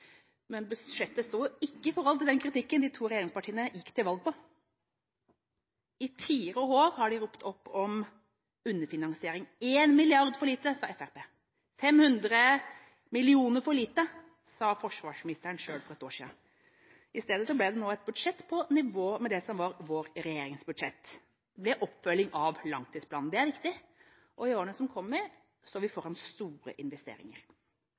Men budsjettet står ikke i forhold til den kritikken de to regjeringspartiene gikk til valg på. I fire år har de ropt opp om underfinansiering. En milliard for lite, sa Fremskrittspartiet. 500 millioner for lite, sa forsvarsministeren selv for ett år siden. I stedet ble det nå et budsjett på nivå med det som var vår regjerings budsjett, med oppfølging av langtidsplanen. Det er viktig, og i årene som kommer, står vi foran store investeringer.